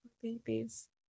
Babies